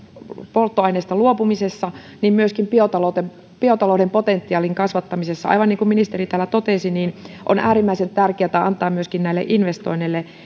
polttoaineista luopumisessa myöskin biotalouden biotalouden potentiaalin kasvattamisessa aivan niin kuin ministeri täällä totesi on äärimmäisen tärkeätä myöskin antaa näille investoinneille